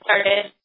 started